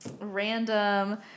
random